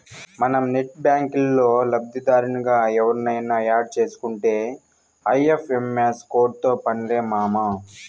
మనం నెట్ బ్యాంకిల్లో లబ్దిదారునిగా ఎవుర్నయిన యాడ్ సేసుకుంటే ఐ.ఎఫ్.ఎం.ఎస్ కోడ్తో పన్లే మామా